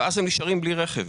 ואז הם נשארים בלי רכב.